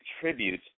tribute